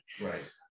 Right